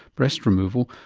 breast removal,